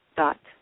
dot